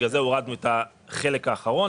בגלל זה הורדנו את החלק האחרון.